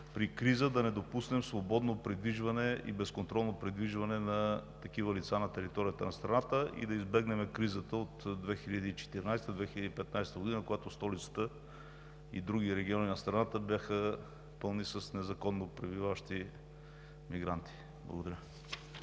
при криза да не допуснем свободно и безконтролно придвижване на такива лица на територията на страната и да избегнем кризата от 2014 – 2015 г., когато столицата и други региони на страната бяха пълни с незаконно пребиваващи мигранти. Благодаря.